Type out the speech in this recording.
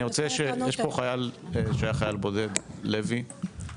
יש פה חייל שהיה חייל בודד, לוי.